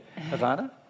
Havana